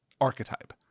archetype